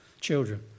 children